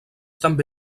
també